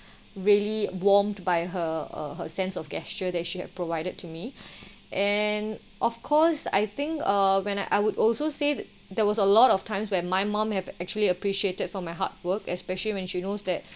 really warmed by her uh her sense of gesture that she had provided to me and of course I think uh when I would also say there was a lot of times when my mom have actually appreciated for my hard work especially when she knows that